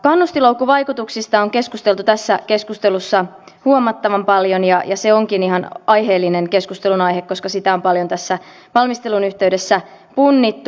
kannustinloukkuvaikutuksista on keskusteltu tässä keskustelussa huomattavan paljon ja ne ovatkin ihan aiheellinen keskustelunaihe koska niitä on paljon tässä valmistelun yhteydessä punnittu